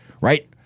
right